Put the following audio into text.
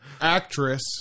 actress